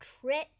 trip